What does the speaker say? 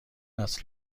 است